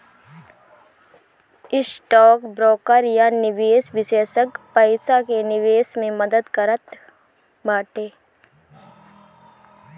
stock broker या निवेश विषेशज्ञ पईसा के निवेश मे मदद करत बाटे